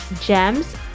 GEMS